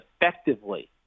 effectively